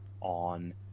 on